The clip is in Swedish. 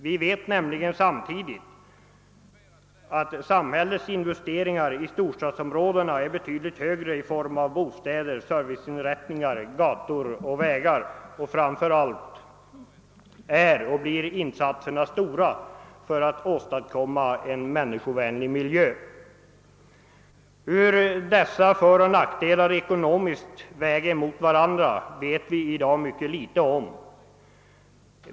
Vi vet nämligen att samhällets investeringar i bostäder, serviceinrättningar, gator och vägar i storstadsområdena samtidigt är betydligt högre och framför allt att det behövs omfattande insatser för att man skall åstadkomma en människovänlig miljö. Hur dessa föroch nackdelar ekonomiskt väger mot varandra vet vi i dag mycket litet om.